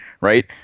right